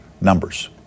numbers